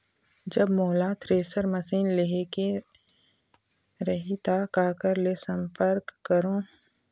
जब मोला thresher machine लेहेक रही ता काकर ले संपर्क करों?